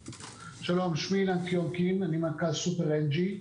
שלום, שמי אילן טיומקין, מנכ"ל סופר NG,